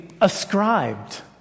ascribed